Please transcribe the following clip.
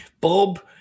Bob